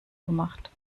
gemacht